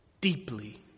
deeply